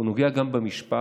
הוא נוגע גם במשפט.